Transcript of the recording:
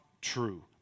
true